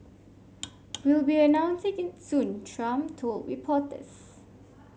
we'll be announce soon Trump told reporters